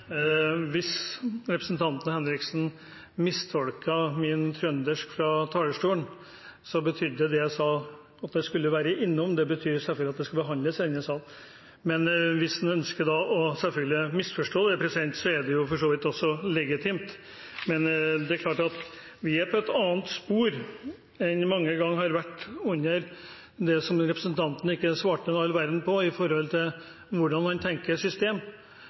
Hvis representanten Henriksen mistolket min trøndersk fra talerstolen, vil jeg si at det at det skulle være «innom», selvfølgelig betyr at det skal behandles i denne sal. Selvfølgelig, hvis han ønsker å misforstå det, er det for så vidt også legitimt, men det er klart at vi er på et annet spor enn vi mange ganger har vært under det som representanten ikke svarte all verden på, med tanke på hvordan man tenker system.